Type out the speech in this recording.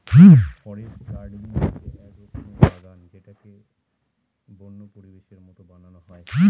forest gardening হচ্ছে এক রকমের বাগান যেটাকে বন্য পরিবেশের মতো বানানো হয়